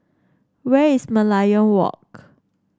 where is Merlion Walk